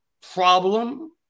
problem